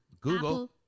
Google